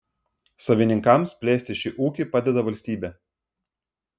savininkams plėsti šį ūkį padeda valstybė